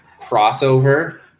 crossover